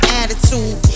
attitude